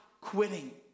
quitting